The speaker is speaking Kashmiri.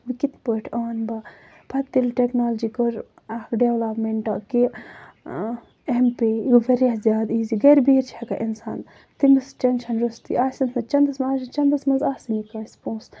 وۄنۍ کِتھ پٲٹھۍ آنہٕ بہٕ پَتہٕ تیٚلہِ ٹیٚکنالجی کٔر اکھ ڈیٚولپمیٚنٹ کہِ ایٚم پَے یہِ گوٚو واریاہ زیادٕ ایزی گرِ بِہِتھ چھِ ہیٚکان اِنسان تٔمِس ٹٮ۪نشن روٚستُے آسٮ۪س نہٕ چَندَس منٛز آز چھِنہٕ چاندَس منٛز آسانٕے کٲنٛسہِ پونٛسہٕ